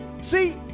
see